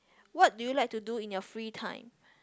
what do you like to do in your free time